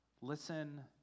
listen